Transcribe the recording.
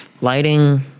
lighting